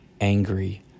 angry